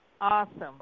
Awesome